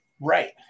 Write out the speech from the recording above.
right